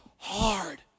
Hard